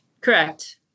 Correct